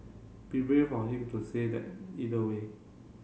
be brave of him to say that either way